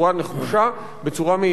בצורה מהירה ובצורה כוללת.